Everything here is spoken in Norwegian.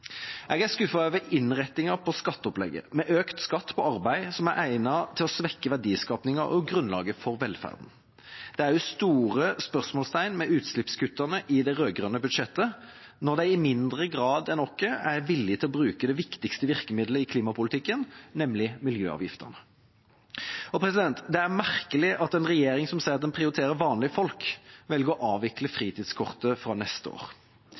Jeg er skuffet over innretningen på skatteopplegget, med økt skatt på arbeid som er egnet til å svekke verdiskapingen og grunnlaget for velferden. Det er også store spørsmålstegn ved utslippskuttene i det rød-grønne budsjettet, når de i mindre grad enn oss er villige til å bruke det viktigste virkemiddelet i klimapolitikken, nemlig miljøavgifter. Det er merkelig at en regjering som sier at den prioriterer vanlige folk, velger å avvikle fritidskortet fra neste år.